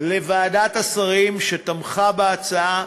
לוועדת השרים, שתמכה בהצעה,